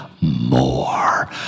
more